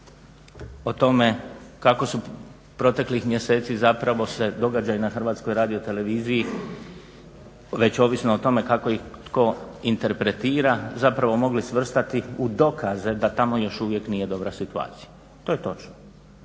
o tome kako su proteklih mjeseci zapravo se događaji na Hrvatskoj radioteleviziji već ovisno o tome kako ih tko interpretira zapravo mogli svrstati u dokaze da tamo još uvijek nije dobra situacija. To je točno.